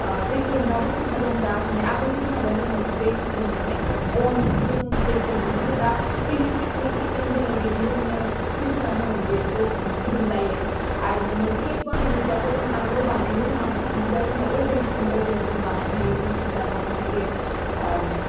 ओह दै फुदुंग्राबो जोंहा दं दा माने आगोलनि दिनावबा जोङो दै फुदुं माने बनजोंसो जों दै फुदुङोमोन खिन्थु दा इलिकट्रिकनि किटेन दङ बेजोंनो नोङो सुइच होनानै होबानो बे दसेनो गुदुं जायो आरो नोङो केक बानायनोब्लाथ' जों आगोलाव बानायनो रोङामोन खिन्थु दा जोंहा अबेन्स दङ अबेनाव जों बानायनो हायो जों फिजा बानायनो हायो आम